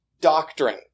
doctrine